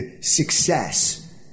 success